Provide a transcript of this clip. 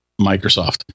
Microsoft